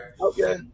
Okay